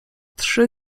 trzy